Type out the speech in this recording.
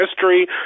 history